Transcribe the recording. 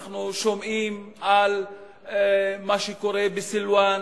אנחנו שומעים על מה שקורה בסילואן,